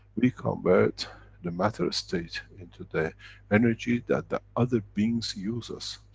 we convert the matter-state into the energy that the other beings use us.